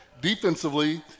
Defensively